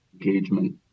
engagement